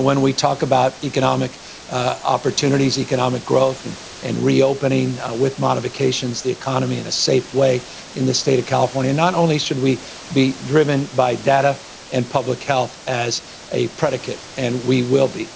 when we talk about economic opportunities, economic growth and and reopening with modifications, the economy in a safe way in the state of california, not only should we be driven by data and public health as a predicate. and we will be.